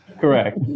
Correct